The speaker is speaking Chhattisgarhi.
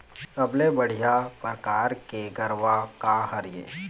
सबले बढ़िया परकार के गरवा का हर ये?